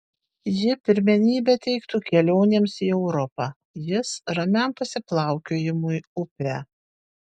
ji pirmenybę teiktų kelionėms į europą jis ramiam pasiplaukiojimui upe